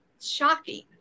shocking